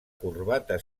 corbata